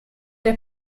der